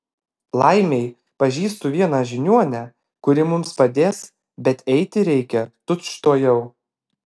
laimei pažįstu vieną žiniuonę kuri mums padės bet eiti reikia tučtuojau